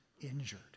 injured